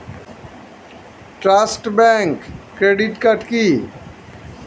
Trust bank credit card কি?